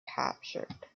captured